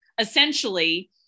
essentially